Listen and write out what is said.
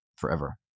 forever